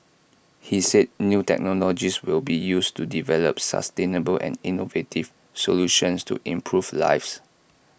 he said new technologies will be used to develop sustainable and innovative solutions to improve lives